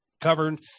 covered